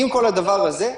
עם כל הדבר הזה,